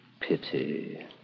Pity